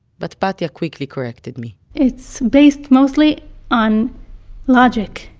but batya quickly corrected me it's based mostly on logic.